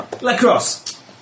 Lacrosse